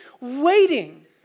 waiting